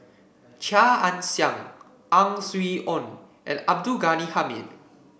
Chia Ann Siang Ang Swee Aun and Abdul Ghani Hamid